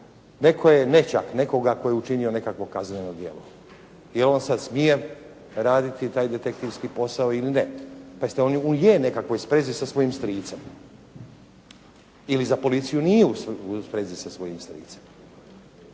Netko je nećak nekoga tko je učinio nekakvo kazneno djelo. I on sad smije raditi taj detektivski posao ili ne? Pazite on je u nekakvoj sprezi sa svojim stricem ili za policiju nije u sprezi sa svojim stricem.